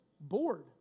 bored